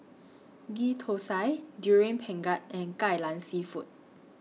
Ghee Thosai Durian Pengat and Kai Lan Seafood